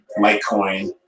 Litecoin